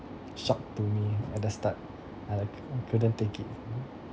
shock to me at the start I like couldn't take it